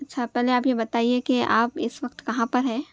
اچھا پہلے آپ یہ بتائیے کہ آپ اس وقت کہاں پر ہیں